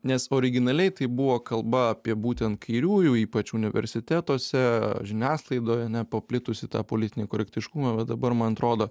nes originaliai tai buvo kalba apie būtent kairiųjų ypač universitetuose žiniasklaidoj ane paplitusį tą politinį korektiškumą va dabar man atrodo